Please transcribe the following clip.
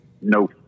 no